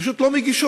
פשוט לא מגישות.